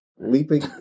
Leaping